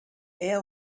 air